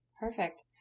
Perfect